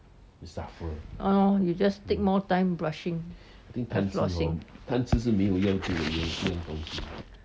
ah lor you just take more time brushing and flossing